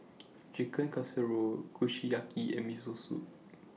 Chicken Casserole Kushiyaki and Miso Soup